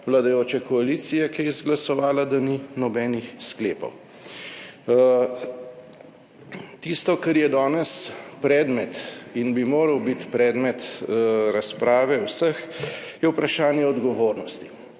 vladajoče koalicije, ki je izglasovala, da ni nobenih sklepov. Tisto, kar je danes predmet in bi moral biti predmet razprave vseh, je vprašanje odgovornosti.